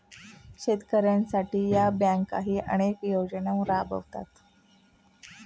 शेतकऱ्यांसाठी या बँकाही अनेक योजना राबवतात